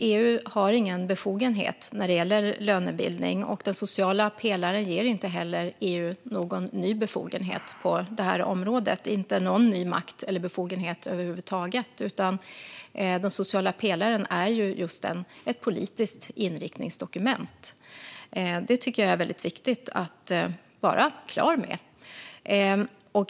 Fru talman! EU har ingen befogenhet när det gäller lönebildning, och den sociala pelaren ger inte heller EU någon ny befogenhet på det här området - inte någon ny makt eller befogenhet över huvud taget. Den sociala pelaren är just ett politiskt inriktningsdokument. Det tycker jag är viktigt att vara klar med.